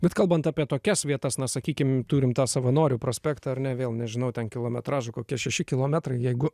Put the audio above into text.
bet kalbant apie tokias vietas na sakykim turim tą savanorių prospektą ar ne vėl nežinau ten kilometražo kokie šeši kilometrai jeigu